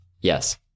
Yes